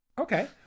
Okay